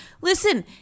Listen